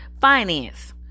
finance